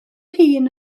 hun